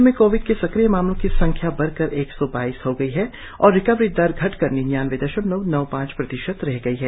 राज्य में कोविड के सक्रिय मामलों की संख्या बड़कर एक सौ बाईस हो गई है और रिकवरी दर घटकर निन्यानबे दशमलव नौ पांच प्रतिशत रह गई है